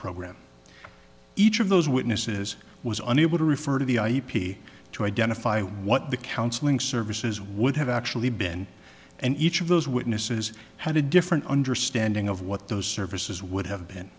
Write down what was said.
program each of those witnesses was unable to refer to the i e p to identify what the counseling services would have actually been and each of those witnesses had a different understanding of what those services would have been